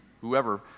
whoever